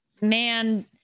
man